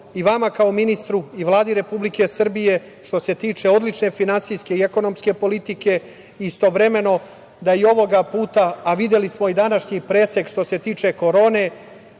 i vama kao ministru i Vladi Republike Srbije što se tiče odlične finansijske i ekonomske politike istovremeno, da i ovog puta, a videli smo i današnji presek što se tiče korone,